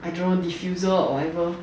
I don't know diffuser or whatever